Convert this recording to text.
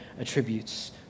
attributes